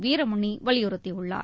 வீரமணி வலியுறுத்தியுள்ளார்